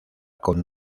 con